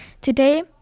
Today